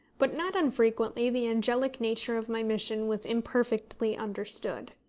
but not unfrequently the angelic nature of my mission was imperfectly understood.